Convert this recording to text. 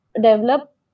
develop